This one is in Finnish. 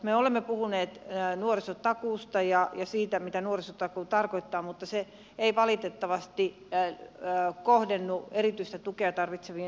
me olemme puhuneet nuorisotakuusta ja siitä mitä nuorisotakuu tarkoittaa mutta se ei valitettavasti kohdennu erityistä tukea tarvitseviin nuoriin